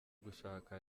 gushaka